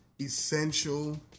Essential